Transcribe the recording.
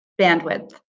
bandwidth